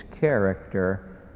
character